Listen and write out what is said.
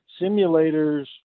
simulators